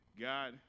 God